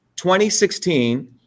2016